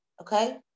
okay